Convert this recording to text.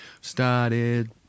Started